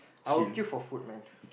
I will queue for food man